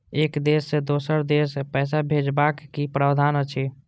एक देश से दोसर देश पैसा भैजबाक कि प्रावधान अछि??